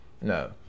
No